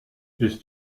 ist